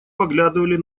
поглядывали